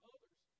others